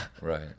right